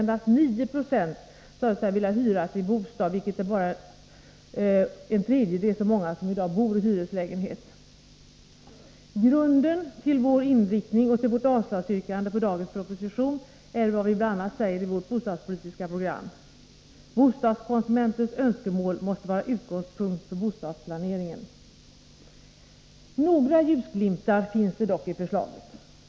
Endast 9 90 sade sig vilja hyra sin bostad, vilket är ungefär en tredjedel så många som i dag bor i hyreslägenhet. Grunden till vår inriktning och till vårt avslagsyrkande på dagens proposition är vad vi bl.a. säger i vårt bostadspolitiska program: ”Bostadskonsumentens önskemål måste vara utgångspunkten för bostadsplaneringen.” Några ljusglimtar finns dock i förslaget.